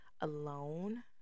alone